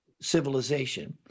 civilization